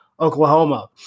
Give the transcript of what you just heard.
Oklahoma